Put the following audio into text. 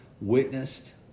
witnessed